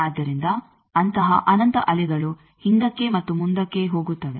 ಆದ್ದರಿಂದ ಅಂತಹ ಅನಂತ ಅಲೆಗಳು ಹಿಂದಕ್ಕೆ ಮತ್ತು ಮುಂದಕ್ಕೆ ಹೋಗುತ್ತವೆ